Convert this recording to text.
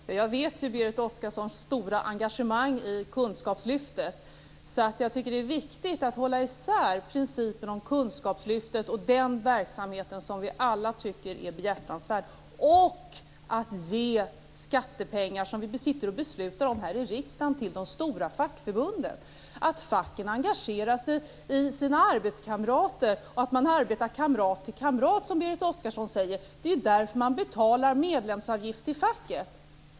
Herr talman! Jag känner ju till Berit Oscarssons stora engagemang i kunskapslyftet. Jag tycker att det är viktigt att hålla isär kunskapslyftet och den verksamheten, som vi alla tycker är behjärtansvärd, och att ge skattepengar som vi sitter och beslutar om här i riksdagen till de stora fackförbunden. Att facken engagerar sig i sina arbetskamrater och arbetar kamrat till kamrat, som Berit Oscarsson säger, är ju skälet till att man betalar medlemsavgift till facket.